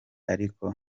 ariko